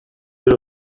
bir